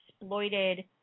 exploited